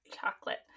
Chocolate